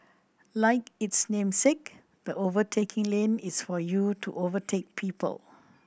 like its namesake the overtaking lane is for you to overtake people